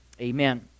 Amen